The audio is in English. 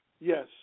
Yes